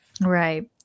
Right